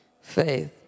faith